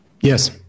Yes